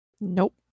Nope